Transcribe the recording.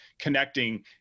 connecting